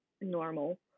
normal